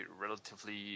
relatively